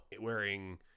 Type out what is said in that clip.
Wearing